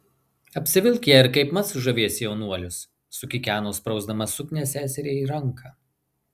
apsivilk ją ir kaipmat sužavėsi jaunuolius sukikeno sprausdama suknią seseriai į ranką